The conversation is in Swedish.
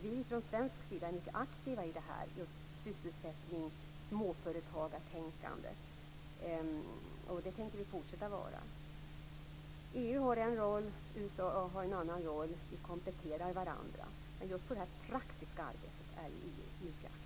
Vi från svensk sida är aktiva i fråga om sysselsättning och småföretagartänkandet. Det tänker vi fortsätta att vara. EU har en roll. USA har en annan roll. Vi kompletterar varandra. Just i fråga om det praktiska arbetet är EU aktivt.